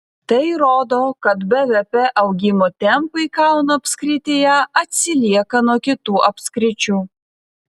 tai rodo kad bvp augimo tempai kauno apskrityje atsilieka nuo kitų apskričių